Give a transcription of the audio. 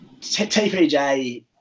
TPJ